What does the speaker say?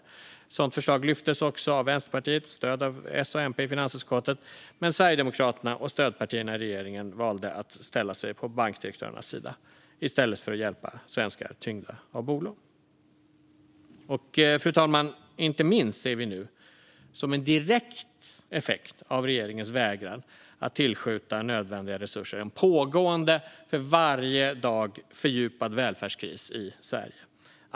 Ett sådant förslag lyftes också av Vänsterpartiet med stöd av S och MP i finansutskottet, men Sverigedemokraterna och stödpartierna i regeringen valde att ställa sig på bankdirektörernas sida i stället för att hjälpa svenskar som är tyngda av bolån. Fru talman! Inte minst ser vi nu som en direkt effekt av regeringens vägran att tillskjuta nödvändiga resurser en pågående och för varje dag fördjupad välfärdskris i Sverige.